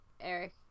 Eric